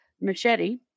machete